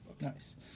Nice